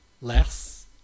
less